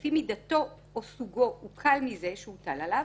שלפי מידתו או סוגו הוא קל מזה שהוטל עליו,